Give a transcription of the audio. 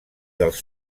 dels